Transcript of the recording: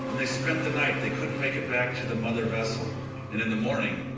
they spent the night. they couldn't make it back to the mother vessel. and in the morning,